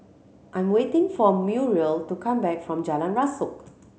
I'm waiting for Muriel to come back from Jalan Rasok